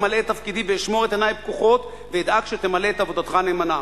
אמלא את תפקידי ואשמור את עיני פקוחות ואדאג שתמלא את עבודתך נאמנה.